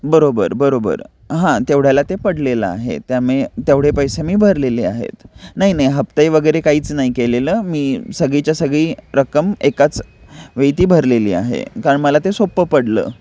बरोबर बरोबर हां तेवढ्याला ते पडलेलं आहे त्यामुळे तेवढे पैसे मी भरलेले आहेत नाही नाही हप्ते वगैरे काहीच नाही केलेलं मी सगळीच्या सगळी रक्कम एकाच वेळी भरलेली आहे कारण मला ते सोप्पं पडलं